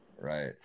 Right